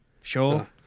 Sure